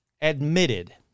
admitted